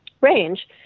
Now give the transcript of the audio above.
range